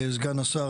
סגן השר,